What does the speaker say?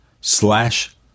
slash